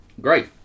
Great